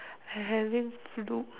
I having flu